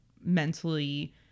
mentally